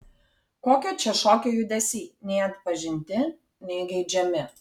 kokio čia šokio judesiai nei atpažinti nei geidžiami